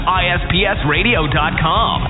ispsradio.com